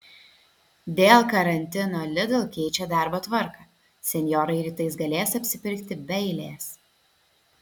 dėl karantino lidl keičia darbo tvarką senjorai rytais galės apsipirkti be eilės